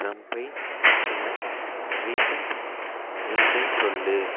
ட்ரம்பைப் பற்றின ரீசண்ட் நியூஸைச் சொல்